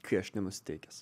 kai aš nenusiteikęs